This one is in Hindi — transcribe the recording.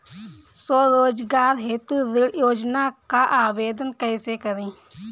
स्वरोजगार हेतु ऋण योजना का आवेदन कैसे करें?